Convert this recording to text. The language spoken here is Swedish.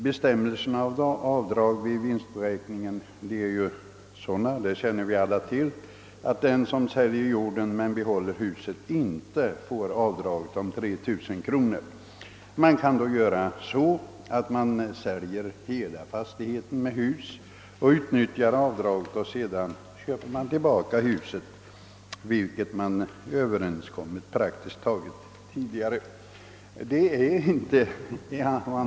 Bestämmelserna om avdrag vid vinstberäkningen är nu sådana, att den som säljer jorden men behåller huset inte får göra avdraget med 3 000 kronor per år. Man kan då göra så, att man säljer hela fastigheten med huset och utnyttjar avdraget, och sedan köper man tillbaka huset, varom överenskommelse tidigare har träffats.